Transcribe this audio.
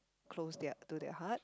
close their to their heart